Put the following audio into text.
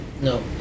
no